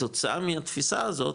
כתוצאה מהתפיסה הזאת,